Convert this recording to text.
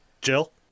Jill